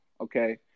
okay